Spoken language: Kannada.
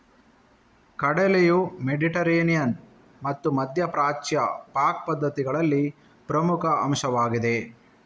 ಕಡಲೆಯು ಮೆಡಿಟರೇನಿಯನ್ ಮತ್ತು ಮಧ್ಯ ಪ್ರಾಚ್ಯ ಪಾಕ ಪದ್ಧತಿಗಳಲ್ಲಿ ಪ್ರಮುಖ ಅಂಶವಾಗಿದೆ